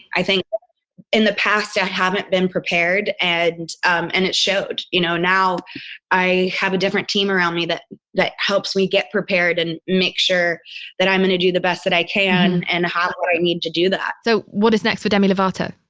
i think in the past i haven't been prepared. and, um and it showed, you know, now i have a different team around me that like helps me get prepared and make sure that i'm going to do the best that i can and how would i need to do that so what is next for demi lovato?